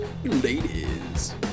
Ladies